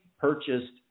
purchased